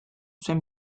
zen